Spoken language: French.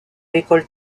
l’école